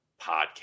podcast